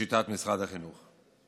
לשיטת משרד החינוך.